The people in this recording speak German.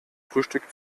frühstück